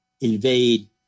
invade